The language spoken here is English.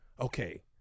okay